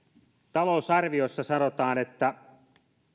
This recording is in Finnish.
talousarviossa sanotaan että